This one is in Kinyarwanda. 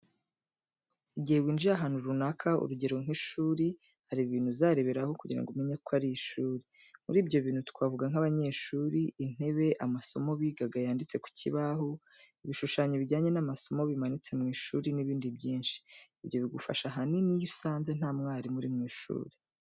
Igihe winjiye ahantu runaka ,urugero nk'ishuri, hari ibintu uzareberaho kugira ngo umenye ko ari ishuri. Muri ibyo bintu twavuga nk'abanyeshuri, intebe ,amasomo bigaga yanditse ku kibaho, ibishushanyo bijyanye n'amasomo bimanitse mu ishuri n'ibindi byinshi. Ibyo bigufasha ahanini iyo usanze nta mwarimu uri mu ishuri.